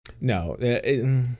No